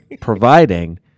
providing